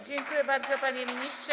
Dziękuję bardzo, panie ministrze.